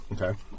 Okay